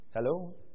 Hello